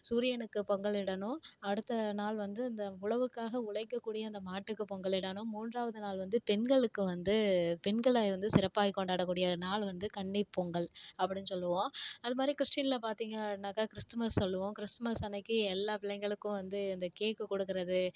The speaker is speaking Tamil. சூரியனுக்கு பொங்கல் இடணும் அடுத்த நாள் வந்து இந்த உழவுக்காக உழைக்கக்கூடிய அந்த மாட்டுக்கு பொங்கல் இடணும் மூன்றாவது நாள் வந்து பெண்களுக்கு வந்து பெண்களை வந்து சிறப்பாய் கொண்டாடக்கூடிய நாள் வந்து கன்னிப்பொங்கல் அப்படின்னு சொல்லுவோம் அதுமாதிரி கிறிஸ்டினில் பார்த்தீங்கன்னாக்கா கிறிஸ்துமஸ் சொல்லுவோம் கிறிஸ்மஸ் அன்றைக்கி எல்லா பிள்ளைங்களுக்கும் வந்து அந்த கேக்கு கொடுக்கறது